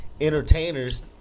Entertainers